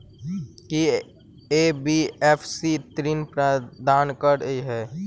की NBFC ऋण प्रदान करे है?